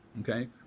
okay